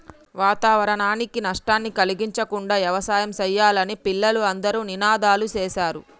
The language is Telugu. వాతావరణానికి నష్టాన్ని కలిగించకుండా యవసాయం సెయ్యాలని పిల్లలు అందరూ నినాదాలు సేశారు